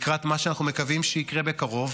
לקראת מה שאנחנו מקווים שיקרה בקרוב,